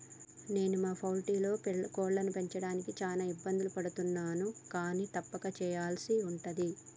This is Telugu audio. నాను మా పౌల్ట్రీలో కోళ్లను పెంచడానికి చాన ఇబ్బందులు పడుతున్నాను కానీ తప్పక సెయ్యల్సి ఉంటది